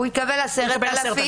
הוא יקבל 10,000,